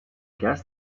gas